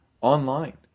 online